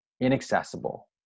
inaccessible